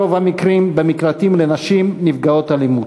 ברוב המקרים במקלטים לנשים נפגעות אלימות.